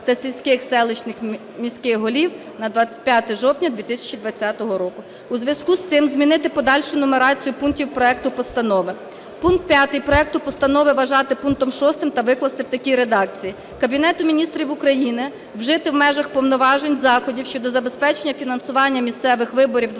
та сільських, селищних, міських голів на 25 жовтня 2020 року". У зв'язку з цим змінити подальшу нумерацію пунктів проекту постанови. Пункт 5 проекту постанови вважати пунктом 6 та викласти в такій редакції: "Кабінету Міністрів України вжити в межах повноважень заходів щодо забезпечення фінансування місцевих виборів 25